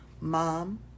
Mom